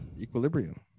Equilibrium